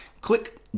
Click